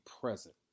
present